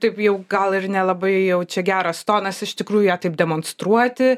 taip jau gal ir nelabai jau čia geras tonas iš tikrųjų ją taip demonstruoti